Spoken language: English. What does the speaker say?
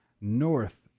North